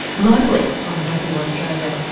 globally on radio australia,